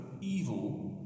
evil